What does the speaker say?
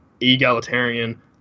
egalitarian